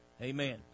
Amen